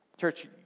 Church